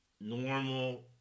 normal